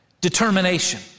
determination